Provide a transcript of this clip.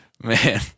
Man